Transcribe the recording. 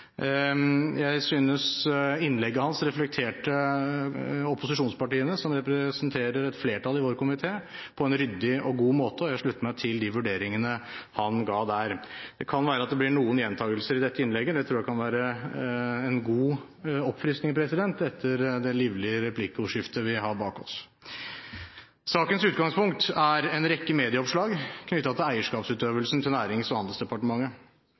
Jeg synes innlegget hans reflekterte opposisjonspartiene, som representerer et flertall i vår komité, på en ryddig og god måte, og jeg slutter meg til de vurderingene han ga der. Det kan være at det blir noen gjentakelser i dette innlegget. Det tror jeg kan være en god oppfriskning etter det livlige replikkordskiftet vi har bak oss. Sakens utgangspunkt er en rekke medieoppslag knyttet til eierskapsutøvelsen til Nærings- og handelsdepartementet.